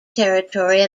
territory